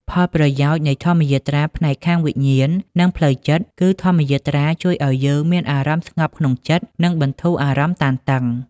ផលប្រយោជន៍នៃធម្មយាត្រាផ្នែកខាងវិញ្ញាណ និងផ្លូវចិត្ត គឺ ធម្មយាត្រាជួយឲ្យយើងមានអារម្មណ៍ស្ងប់ក្នុងចិត្ត និងបន្ធូរអារម្មណ៍តានតឹង។